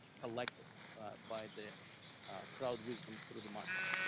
collected by the crowd wisdom through the markets.